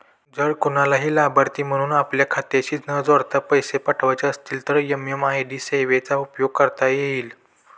जर कुणालाही लाभार्थी म्हणून आपल्या खात्याशी न जोडता पैसे पाठवायचे असतील तर एम.एम.आय.डी सेवेचा उपयोग करता येईल